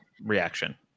reaction